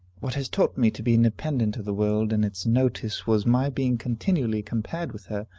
what has taught me to be independent of the world and its notice was my being continually compared with her,